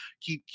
keep